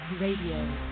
Radio